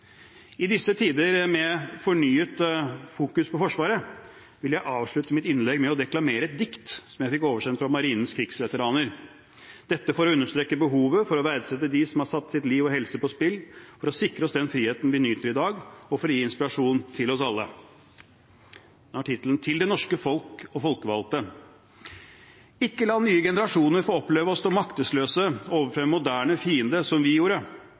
I disse tider med fornyet fokus på Forsvaret vil jeg avslutte mitt innlegg med å deklamere et dikt som jeg fikk oversendt fra Marinens krigsveteraner – dette for å understreke behovet for å verdsette dem som har satt liv og helse på spill for å sikre oss den friheten vi nyter i dag, og for å gi inspirasjon til oss alle. Det lyder slik: Til det norske folk og folkevalgte Ikke la nye generasjoner få oppleve å stå maktesløse overfor en moderne fiende, som vi gjorde.